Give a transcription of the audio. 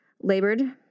labored